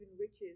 riches